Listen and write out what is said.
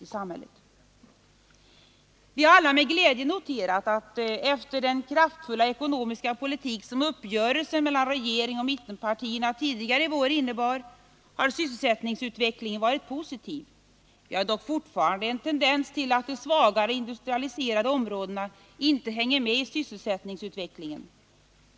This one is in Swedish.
Vi har väl alla med glädje noterat att, efter den kraftfulla ekonomiska politik som uppgörelsen mellan regering och mittenpartier tidigare i vår innebar, sysselsättningsutvecklingen har varit positiv. Vi har dock fortfarande en tendens till att de svagare industrialiserade områdena inte hänger med i sysselsättningsutvecklingen.